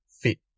fit